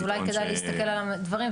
אז אולי כדאי להסתכל על הדברים,